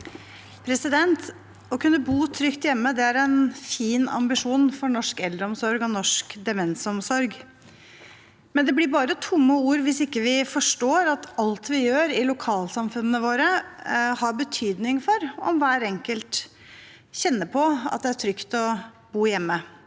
Å kunne bo trygt hjemme er en fin ambisjon for norsk eldreomsorg og norsk demensomsorg, men det blir bare tomme ord hvis vi ikke forstår at alt vi gjør i lokalsamfunnene våre, har betydning for om hver enkelt kjenner på at det er trygt å bo hjemme.